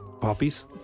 poppies